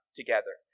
together